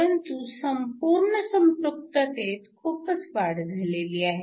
परंतु संपूर्ण संपृक्ततेत खूपच वाढ झालेली आहे